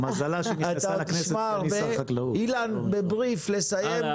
אילן תסיים.